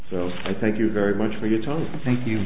so i thank you very much for your time thank you